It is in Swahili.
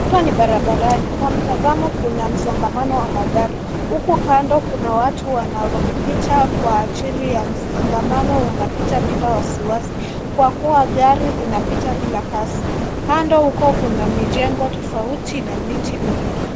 Hapa ni barabarani. Kwa mtazamo kuna msongamano wa magari huku kando kuna watu wanaopita kwa ajili ya msongamano. Wanapita bila wasiwasi kwa kuwa gari zinapita bila kasi. Kando huko kuna mijengo tofauti na miti mingi.